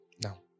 Now